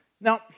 Now